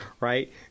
right